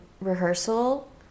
rehearsal